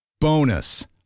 Bonus